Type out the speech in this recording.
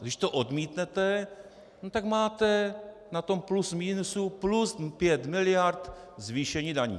Když to odmítnete, tak máte na tom plus minusu plus 5 mld. zvýšení daní.